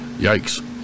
yikes